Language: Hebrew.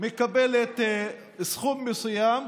מקבלת סכום מסוים,